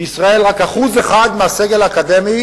בישראל רק 1% מהסגל האקדמי